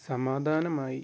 സമാധാനമായി